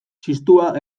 txistua